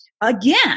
again